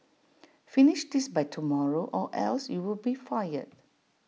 finish this by tomorrow or else you'll be fired